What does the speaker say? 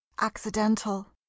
accidental